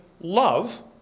love